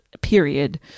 period